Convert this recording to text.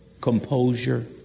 composure